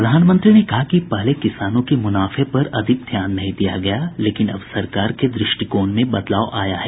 प्रधानमंत्री ने कहा कि पहले किसानों के मुनाफे पर ज्यादा ध्यान नहीं दिया गया लेकिन अब सरकार के दृष्टिकोण में बदलाव आया है